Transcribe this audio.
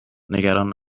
نگران